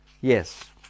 Yes